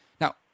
now